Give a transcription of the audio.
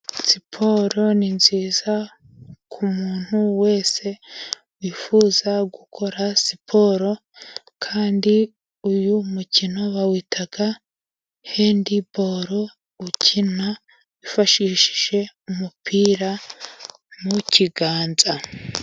Siporo ni nziza ku muntu wese wifuza gukora siporo, kandi uyu mukino bawita handball, ukina wifashishije umupira mu kiganza.